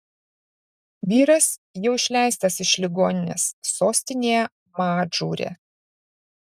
vyras jau išleistas iš ligoninės sostinėje madžūre